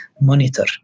monitor